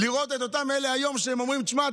לראות את אלה היום שאומרים: שמע,